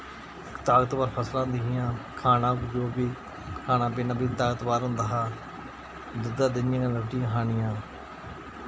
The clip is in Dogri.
ताकतवर फसलां होंदी हियां खाना जो वी खाना पीना वी ताकतवर होंदा हा दुध्दा देहियें नै रुट्टी खानियां